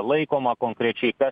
laikoma konkrečiai kas